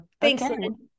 Thanks